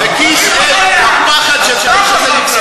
הפחד של האיש הזה,